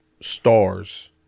stars